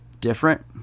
different